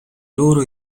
loro